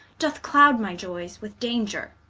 doth cloud my ioyes with danger,